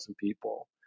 people